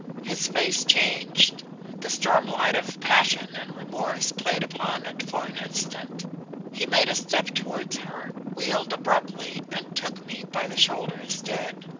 his face changed the stormlight of passion and remorse played upon it for an instant he made a step towards her, wheeled abruptly, and took me by the shoulder instead.